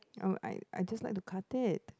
um I I just like to cut it